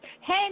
Hey